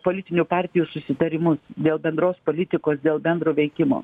politinių partijų susitarimus dėl bendros politikos dėl bendro veikimo